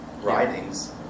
writings